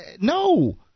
No